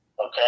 Okay